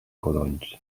codonys